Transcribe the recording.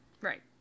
Right